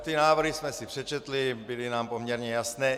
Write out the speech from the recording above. Ty návrhy jsme si přečetli, byly nám poměrně jasné.